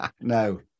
No